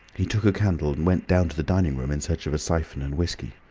he took a candle and went down to the dining-room in search of a syphon and whiskey.